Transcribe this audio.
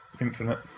Infinite